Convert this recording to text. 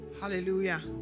hallelujah